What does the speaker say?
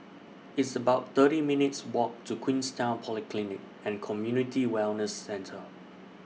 It's about thirty minutes' Walk to Queenstown Polyclinic and Community Wellness Centre